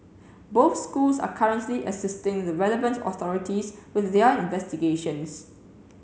both schools are currently assisting the relevant authorities with their investigations